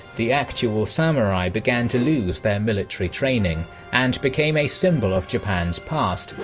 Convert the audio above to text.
the actual samurai began to lose their military training and became a symbol of japan's past,